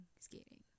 skating